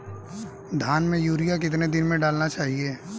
धान में यूरिया कितने दिन में डालना चाहिए?